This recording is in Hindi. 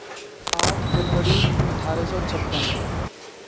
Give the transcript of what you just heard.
आठ जनवरी अठारह सौ छप्पन